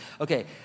Okay